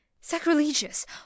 sacrilegious